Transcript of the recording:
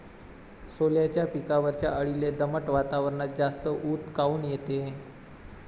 सोल्याच्या पिकावरच्या अळीले दमट वातावरनात जास्त ऊत काऊन येते?